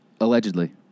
Allegedly